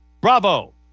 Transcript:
Bravo